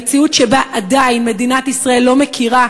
המציאות שבה עדיין מדינת ישראל לא מכירה